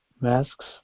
masks